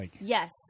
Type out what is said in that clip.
Yes